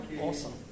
Awesome